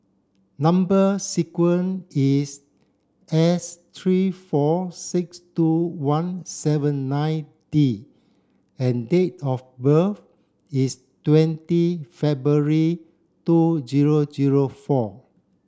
number sequence is S three four six two one seven nine D and date of birth is twenty February two zero zero four